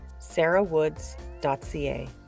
sarahwoods.ca